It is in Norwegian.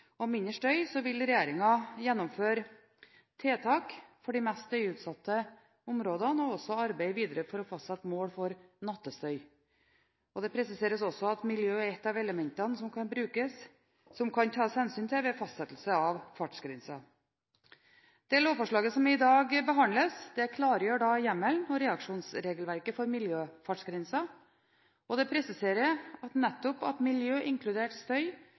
og mindre støy, vil regjeringen gjennomføre tiltak for de mest utsatte områdene og også arbeide videre for å fastsette mål for nattestøy. Det presiseres også at miljø er et av de elementene som det kan tas hensyn til ved fastsettelse av fartsgrenser. Det lovforslaget som i dag behandles, klargjør hjemmelen og reaksjonsregelverket for miljøfartsgrenser, og det presiserer nettopp at miljø, inkludert støy,